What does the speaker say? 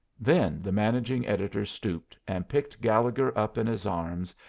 then the managing editor stooped and picked gallegher up in his arms,